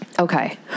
Okay